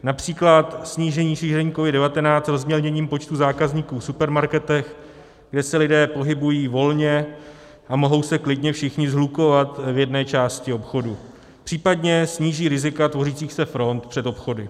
Například snížení šíření COVID19 rozmělněním počtu zákazníků v supermarketech, kde se lidé pohybují volně a mohou se klidně všichni shlukovat v jedné části obchodu, případně sníží rizika tvořících se front před obchody.